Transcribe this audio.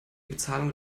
bezahlung